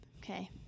Okay